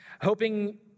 hoping